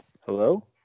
Hello